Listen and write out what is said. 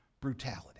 Brutality